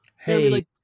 Hey